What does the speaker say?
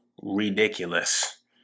ridiculous